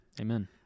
Amen